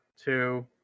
two